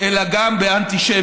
אלא גם באנטישמיות.